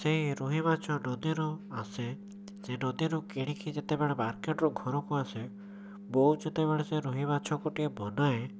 ସେହି ରୋହି ମାଛ ନଦୀରୁ ଆସେ ସେ ନଦୀରୁ କିଣିକି ଯେତେବେଳେ ମାର୍କେଟରୁ ଘରକୁ ଆସେ ବୋଉ ଯେତେବେଳେ ସେ ରୋହି ମାଛକୁ ଟିକିଏ ବନାଏ